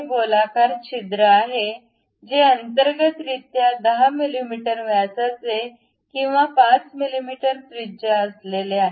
चे गोलाकार छिद्र आहे जे अंतर्गत रित्या 10 मिमी व्यासाचे किंवा 5 मिमी त्रिज्या असलेले